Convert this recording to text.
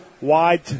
wide